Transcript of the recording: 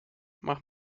mach